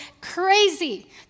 crazy